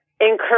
encourage